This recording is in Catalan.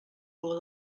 por